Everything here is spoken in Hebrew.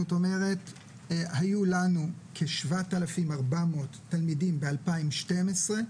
זאת אומרת, היו לנו כ- 7,400 תלמידים ב- 2012,